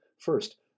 First